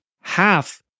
half